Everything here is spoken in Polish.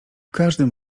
każdym